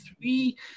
three